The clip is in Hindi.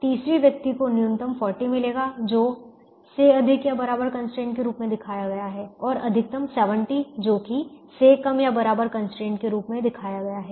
तीसरे व्यक्ति को न्यूनतम 40 मिलेगा जो से अधिक या बराबर कंस्ट्रेंट के रूप में दिखाया गया है और अधिकतम 70 जो कि से कम या बराबर कंस्ट्रेंट के रूप में दिखाया गया है